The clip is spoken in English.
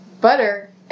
butter